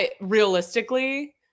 realistically